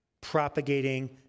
propagating